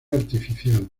artificial